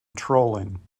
trolling